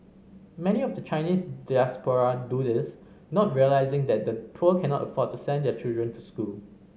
many of the Chinese diaspora do this not realising that the poor cannot afford to send their children to school